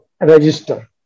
register